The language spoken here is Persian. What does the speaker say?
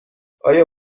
آیا